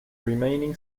remaining